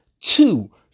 two